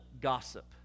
gossip